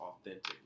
authentic